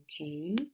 okay